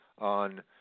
on